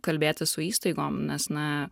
kalbėtis su įstaigom nes na